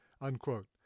unquote